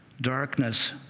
darkness